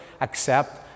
accept